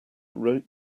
wrote